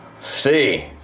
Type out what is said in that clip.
see